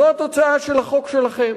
זו התוצאה של החוק שלכם.